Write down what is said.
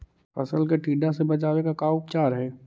फ़सल के टिड्डा से बचाव के का उपचार है?